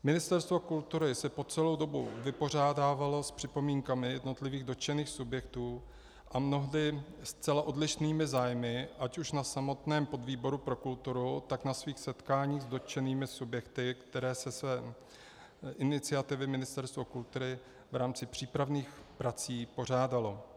Ministerstvo kultury se po celou dobu vypořádávalo s připomínkami jednotlivých dotčených subjektů a mnohdy zcela odlišnými zájmy ať už na samotném podvýboru pro kulturu, tak na svých setkáních s dotčenými subjekty, které ze své iniciativy Ministerstvo kultury v rámci přípravných prací pořádalo.